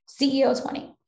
CEO20